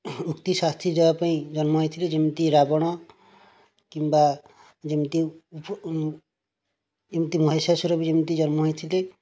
ଉକ୍ତି ଶାସ୍ତି ଦେବା ପାଇଁ ଜନ୍ମ ହୋଇଥିଲେ ଯେମିତି ରାବଣ କିମ୍ବା ଯେମିତି ଯେମିତି ମହିଷାସୁର ବି ଯେମିତି ଜନ୍ମ ହୋଇଥିଲେ